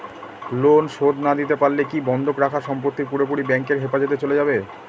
Loan শোধ না দিতে পারলে কি বন্ধক রাখা সম্পত্তি পুরোপুরি ব্যাংকের হেফাজতে চলে যাবে?